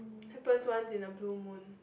happens once in a blue moon